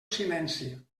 silenci